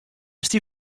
stie